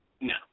No